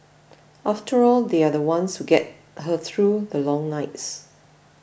after all they are the ones who get her through the long nights